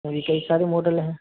اور بھی کئی سارے ماڈل ہیں